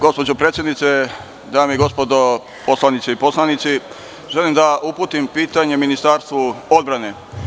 Gospođo predsednice, dame i gospodo poslanice i poslanici, želim da uputim pitanje Ministarstvu odbrane.